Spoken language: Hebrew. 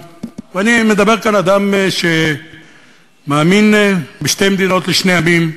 מדבר כאן אדם שמאמין בשתי מדינות לשני עמים,